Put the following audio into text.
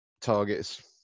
targets